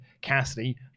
Cassidy